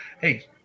Hey